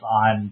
on